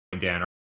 Dan